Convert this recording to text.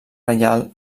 reial